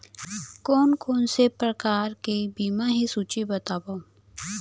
कोन कोन से प्रकार के बीमा हे सूची बतावव?